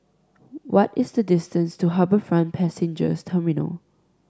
what is the distance to HarbourFront Passenger Terminal